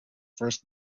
first